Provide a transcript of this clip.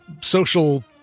Social